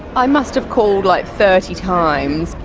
i must have called like thirty times.